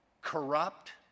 corrupt